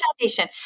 Foundation